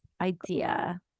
idea